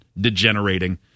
degenerating